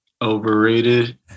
Overrated